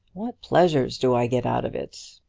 what pleasures do i get out of it?